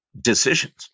decisions